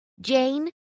Jane